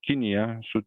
kinija su